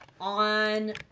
on